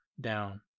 down